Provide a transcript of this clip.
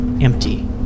empty